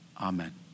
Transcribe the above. Amen